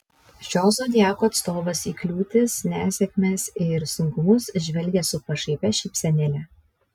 šio zodiako atstovas į kliūtis nesėkmes ir sunkumus žvelgia su pašaipia šypsenėle